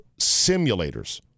simulators